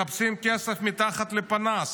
מחפשים כסף מתחת לפנס.